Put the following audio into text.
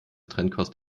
trennkost